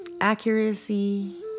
accuracy